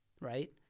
Right